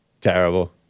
Terrible